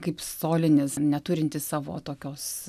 kaip solinis neturintis savo tokios